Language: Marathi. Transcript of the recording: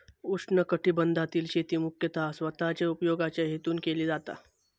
उष्णकटिबंधातील शेती मुख्यतः स्वतःच्या उपयोगाच्या हेतून केली जाता